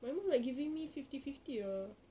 my mum like giving me fifty fifty ah